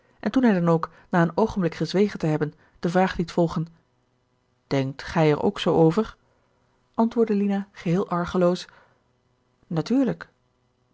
en toen hij dan ook gerard keller het testament van mevrouw de tonnette na een oogenblik gezwegen te hebben de vraag liet volgen denkt gij er ook zoo over antwoordde lina geheel argeloos natuurlijk